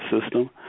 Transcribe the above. system